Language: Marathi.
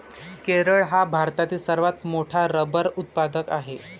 केरळ हा भारतातील सर्वात मोठा रबर उत्पादक आहे